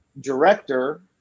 director